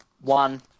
One